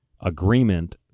agreement